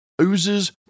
Oozes